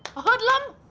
a hoodlum?